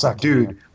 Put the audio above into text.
Dude